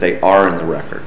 they are in the record